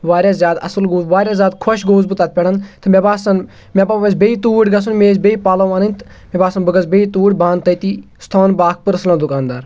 واریاہ زیادٕ اَصٕل گوٚو واریاہ زیادٕ خۄش گووس بہٕ تَتھ پؠٹھ تہٕ مےٚ باسان مےٚ ما پَزِ بیٚیہِ توٗرۍ گَژھُن مےٚ ٲسۍ بیٚیہِ پَلَو اَنٕنۍ تہٕ مےٚ باسان بہٕ گَژھٕ بیٚیہِ توٗرۍ بہٕ اَنہٕ تٔتی سُہ تھاوَن بہٕ اَکھ پٔرسنَل دُکانٛدار